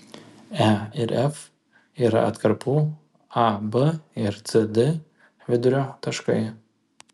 e ir f yra atkarpų ab ir cd vidurio taškai